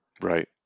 Right